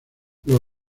los